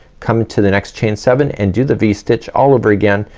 coming to the next chain seven, and do the v-stitch all over again,